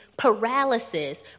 paralysis